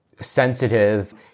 sensitive